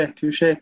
touche